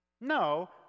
no